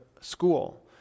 school